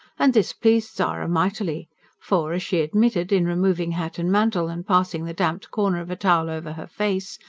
and this pleased zara mightily for as she admitted, in removing hat and mantle, and passing the damped corner of a towel over her face,